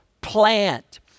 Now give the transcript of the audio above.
plant